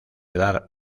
dar